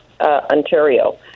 Ontario